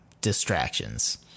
distractions